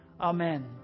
amen